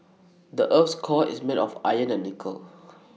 the Earth's core is made of iron and nickel